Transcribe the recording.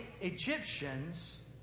Egyptians